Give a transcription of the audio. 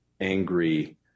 angry